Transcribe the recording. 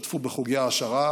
השתתפו בחוגי העשרה,